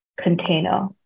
container